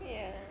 ya